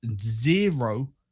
zero